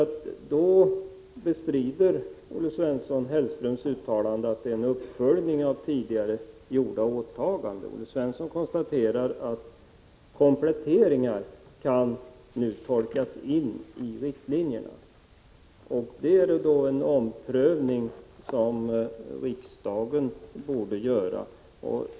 Olle Svensson bestrider Mats Hellströms uttalande att detta är en uppföljning av tidigare gjorda åtaganden. Olle Svensson konstaterar att kompletteringar nu kan tolkas in i riktlinjerna. Detta är en omprövning som riksdagen borde göra.